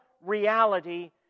reality